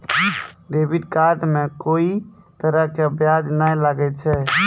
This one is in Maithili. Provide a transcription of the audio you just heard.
डेबिट कार्ड मे कोई तरह के ब्याज नाय लागै छै